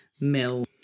mill